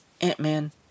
Ant-Man